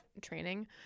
training